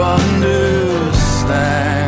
understand